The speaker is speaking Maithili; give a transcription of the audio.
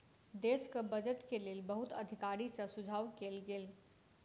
देशक बजट के लेल बहुत अधिकारी सॅ सुझाव लेल गेल